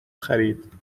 خرید